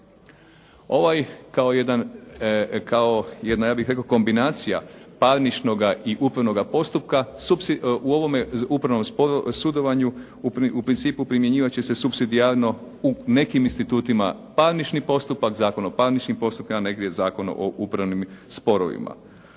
ja bih rekao kombinacija parničnoga i upravnoga postupka, u ovome upravnom sudovanju u principu primjenjivat će se supsidijarno u nekim institutima Zakon o parničnim postupcima, negdje Zakon o upravnim sporovima.